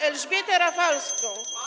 Elżbietę Rafalską.